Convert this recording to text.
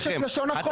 יש את לשון החוק.